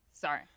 Sorry